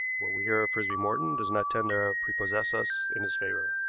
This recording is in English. what we hear of frisby morton does not tend to prepossess us in his favor.